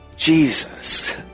Jesus